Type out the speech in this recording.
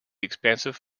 expansive